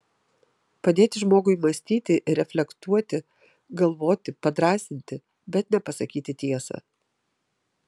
padėti žmogui mąstyti reflektuoti galvoti padrąsinti bet ne pasakyti tiesą